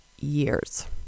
years